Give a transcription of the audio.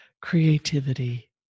creativity